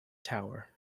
tower